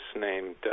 named